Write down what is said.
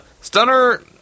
Stunner